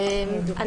משרד המשפטים, בבקשה.